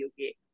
okay